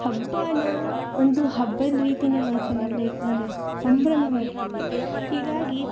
ಹಬ್ಬಾನ ಒಂದು ಹಬ್ಬದ ರೀತಿಯೇ ನಾ ಸೆಲಬ್ರೇಟ್ ಅಂದರೆ ಸಂಭ್ರಮ ಮಾಡ್ತೀವಿ ಹೀಗಾಗಿ